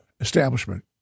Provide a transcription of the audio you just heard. establishment